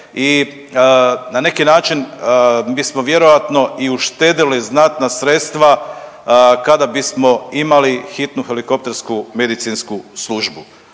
na neki način bismo vjerojatno i uštedjeli znatna sredstva kada bismo imali hitnu helikoptersku medicinsku službu.